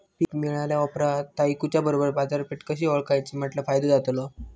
पीक मिळाल्या ऑप्रात ता इकुच्या बरोबर बाजारपेठ कशी ओळखाची म्हटल्या फायदो जातलो?